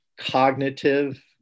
cognitive